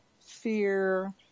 fear